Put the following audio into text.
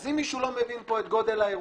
אז אם מישהו לא מבין פה את גודל האירוע,